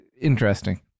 Interesting